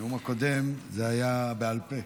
בנאום הקודם זה היה בעל פה.